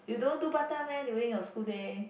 you don't do part time meh during your school day